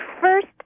first